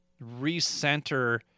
recenter